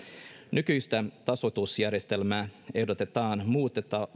nykyistä tasoitusjärjestelmää ehdotetaan muutettavaksi